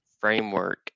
framework